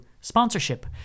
sponsorship